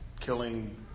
killing